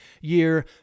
year